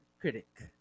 critic